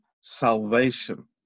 salvation